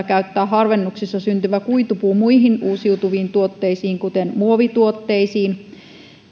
käyttää harvennuksissa syntyvä kuitupuu muihin uusiutuviin tuotteisiin kuten muovituotteisiin